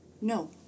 No